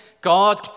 God